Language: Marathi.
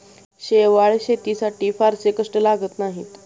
शेवाळं शेतीसाठी फारसे कष्ट लागत नाहीत